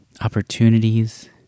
opportunities